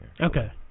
okay